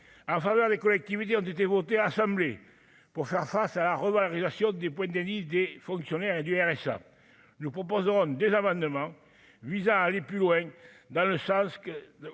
en faveur des collectivités ont été votées : assemblée pour faire face à la revalorisation des points, des fonctionnaires et du RSA, nous proposerons des amendements visant à aller plus loin dans le sens que